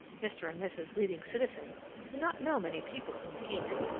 mr. and mrs. leading citizen do not know many people in the east,